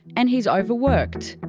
and, he's overworked.